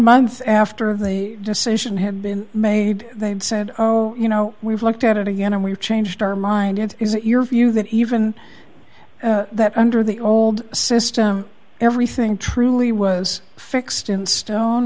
month after the decision had been made they'd said you know we've looked at it again and we've changed our mind and is it your view that even under the old system everything truly was fixed in stone